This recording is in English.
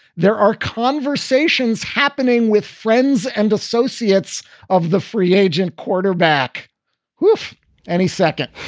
there are conversations happening with friends and associates of the free agent quarterback who if any second,